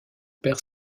perd